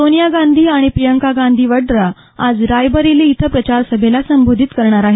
सोनिया गांधी आणि प्रियंका गांधी वड्रा आज रायबरेली इथं प्रचार सभेला संबोधित करणार आहेत